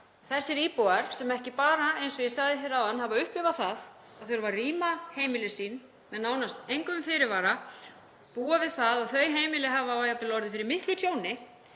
þessir íbúar sem ekki bara, eins og ég sagði áðan, hafa upplifað það að þurfa að rýma heimili sín með nánast engum fyrirvara, búa við það að þau heimili hafa jafnvel orðið fyrir miklu tjóni,